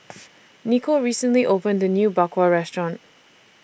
Niko recently opened A New Bak Kwa Restaurant